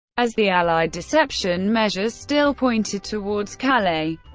as the allied deception measures still pointed towards calais.